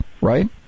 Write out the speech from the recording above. right